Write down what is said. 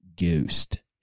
ghost